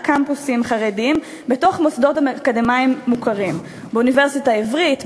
קמפוסים חרדיים בתוך מוסדות אקדמיים מוכרים: באוניברסיטה העברית,